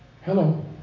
hello